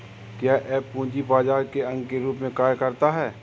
क्या यह पूंजी बाजार के अंग के रूप में कार्य करता है?